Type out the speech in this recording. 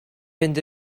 fynd